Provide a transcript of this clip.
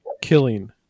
killing